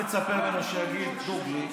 ממנו שיגיד דוגרי,